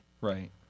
right